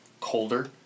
colder